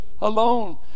alone